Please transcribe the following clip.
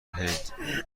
هند